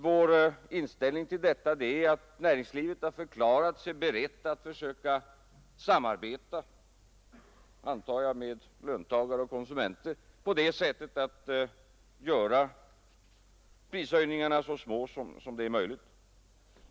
Vår inställning är att näringslivet har förklarat sig berett att försöka samarbeta med löntagare och konsumenter på det sättet att prishöjningarna skall göras så små som det är möjligt.